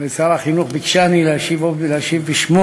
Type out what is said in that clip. ושר החינוך ביקשני להשיב בשמו,